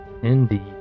Indeed